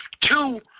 Two